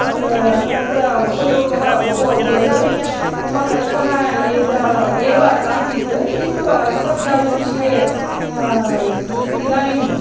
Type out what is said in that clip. तत्र उपयोगः बहु अभवत् मम कल्पना एषा एव नासीत् किन्तु अन्तर्जालविषये इदानीम्